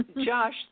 Josh